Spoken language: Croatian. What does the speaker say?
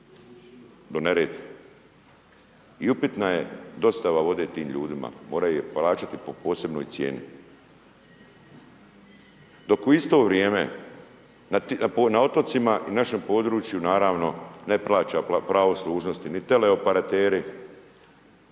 do Neretve. I upitna je dostava vode tim ljudima. Moraju je plaćati po posebnoj cijeni. Dok u isto vrijeme na otocima i našem području, naravno, ne plaća .../Govornik se ne